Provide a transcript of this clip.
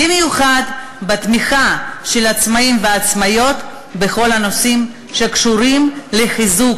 במיוחד בתמיכה בעצמאים ועצמאיות בכל הנושאים שקשורים לחיזוק